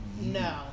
no